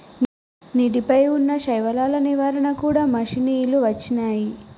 నీటి పై వున్నా శైవలాల నివారణ కూడా మషిణీలు వచ్చినాయి